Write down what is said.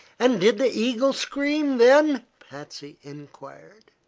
and did the eagle scream, then? patsy enquired.